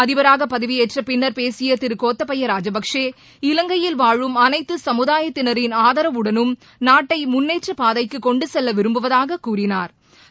அதிபராக பதவியேற்றப் பின்னர் பேசிய திரு கோத்தபயா ராஜபக்ஷே இலங்கையில் வாழும் அனைத்து சமுதாயத்திளரின் ஆதரவுடனும் நாட்டை முன்னேற்றப் பாதைக்கு கொண்டு செல்ல விரும்புவதாகக் கூறினாா்